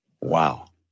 wow